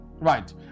right